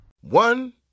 One